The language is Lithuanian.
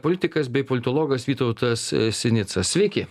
politikas bei politologas vytautas sinica sveiki